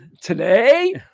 Today